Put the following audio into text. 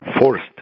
forced